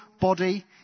body